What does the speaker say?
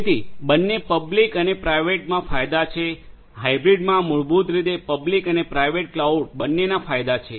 તેથી બંને પબ્લિક અને પ્રાઇવેટમા ફાયદા છે હાઈબ્રીડમા મૂળભૂત રીતે પબ્લિક અને પ્રાઇવેટ ક્લાઉડ બંનેના ફાયદા છે